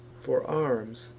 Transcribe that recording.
for arms,